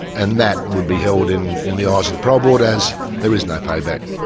and that would be held in in the eyes of the parole board as there is no payback.